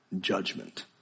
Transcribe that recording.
Judgment